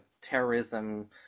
terrorism